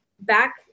back